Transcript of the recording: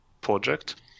project